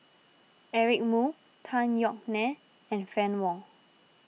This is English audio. Eric Moo Tan Yeok Nee and Fann Wong